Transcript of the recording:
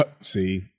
See